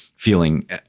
feeling